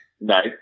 Nice